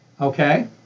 Okay